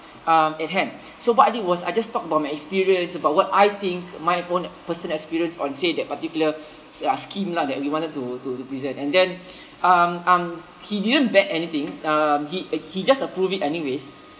um at hand so what I did was I just talk about my experience about what I think my own personal experience on say that particular uh scheme lah that we wanted to to present and then um um he didn't vet anything um he uh he just approve it anyways